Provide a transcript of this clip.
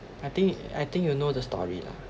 I think I think you know the story lah